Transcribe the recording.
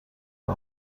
راه